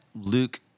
Luke